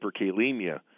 hyperkalemia